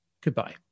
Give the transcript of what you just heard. goodbye